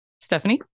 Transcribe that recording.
Stephanie